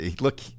Look